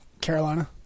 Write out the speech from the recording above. Carolina